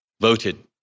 voted